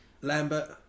Lambert